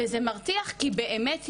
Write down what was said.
וזה מרתיח כי באמת יש.